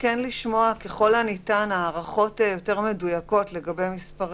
אני רוצה לשמוע הערכות יותר מדויקות לגבי מספר